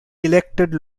elected